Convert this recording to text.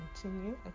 continue